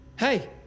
Hey